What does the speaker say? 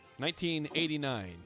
1989